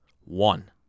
One